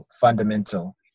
fundamental